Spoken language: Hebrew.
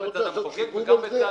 אתה רוצה לעשות סיבוב על זה?